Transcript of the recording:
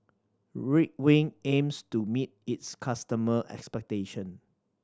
Ridwind aims to meet its customer' expectations